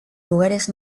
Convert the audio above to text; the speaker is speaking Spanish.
lugares